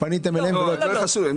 פניתם אליהם והם לא התחילו את התהליך?